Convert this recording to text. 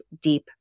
deep